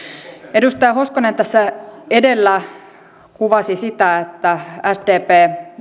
edustaja hoskonen tässä edellä kuvasi aivan oikein sitä että sdp